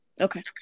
Okay